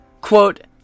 Quote